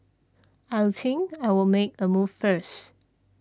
I think I'll make a move first